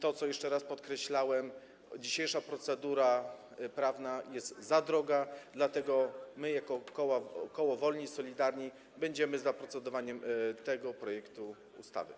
I, co jeszcze raz podkreślam, dzisiejsza procedura prawna jest za droga, dlatego my jako koło Wolni i Solidarni będziemy za procedowaniem nad tym projektem ustawy.